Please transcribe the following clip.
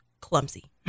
Clumsy